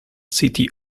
city